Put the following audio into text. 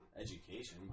Education